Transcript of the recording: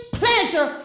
pleasure